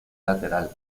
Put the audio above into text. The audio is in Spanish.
lateral